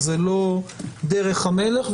זו לא דרך המלך.